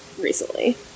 Recently